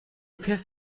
fährst